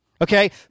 Okay